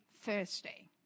Thursday